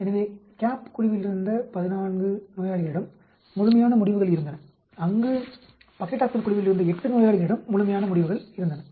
எனவே CAP குழுவில் இருந்த 14 நோயாளிகளிடம் முழுமையான முடிவுகள் இருந்தன அங்கு பக்லிடாக்சல் குழுவில் இருந்த 8 நோயாளிகளிடம் முழுமையான முடிவுகள் இருந்தன